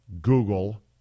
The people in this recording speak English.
Google